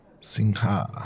Singha